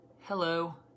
Hello